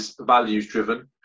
values-driven